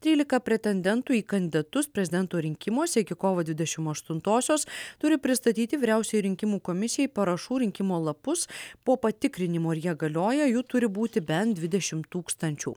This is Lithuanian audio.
trylika pretendentų į kandidatus prezidento rinkimuose iki kovo dvidešim aštuntosios turi pristatyti vyriausiajai rinkimų komisijai parašų rinkimo lapus po patikrinimo ar jie galioja jų turi būti bent dvidešim tūkstančių